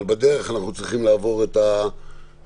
אבל בדרך אנחנו צריכים לעבור את המכשולים